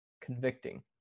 convicting